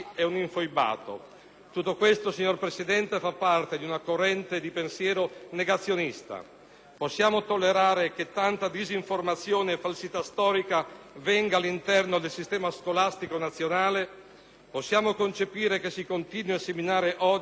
Tutto questo, signor Presidente, fa parte di una corrente di pensiero negazionista? Possiamo tollerare che tanta disinformazione e falsità storica avvenga all'interno del sistema scolastico nazionale? Possiamo concepire che si continui a seminare odio e discriminazioni?